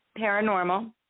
paranormal